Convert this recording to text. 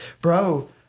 bro